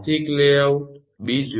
આર્થિક લેઆઉટ 2